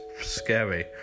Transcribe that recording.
scary